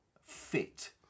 fit